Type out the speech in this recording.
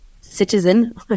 citizen